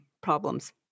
problems